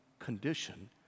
condition